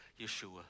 Yeshua